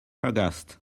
aghast